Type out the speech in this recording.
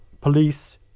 police